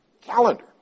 calendar